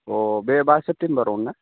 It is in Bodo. अ बे बा सेप्तेम्बरआवनो ना